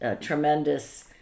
tremendous